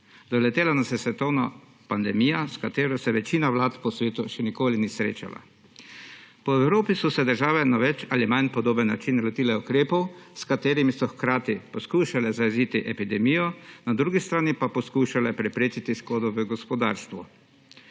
Doletela nas je svetovna pandemija, s katero se večina vlad po svetu še nikoli ni srečala. Po Evropi so se države na bolj ali manj podoben način lotile ukrepov, s katerimi so hkrati poskušale zajeziti epidemijo, na drugi strani pa poskušale preprečiti škodo v gospodarstvu.